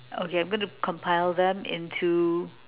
okay I'm going to compile them into